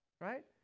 Right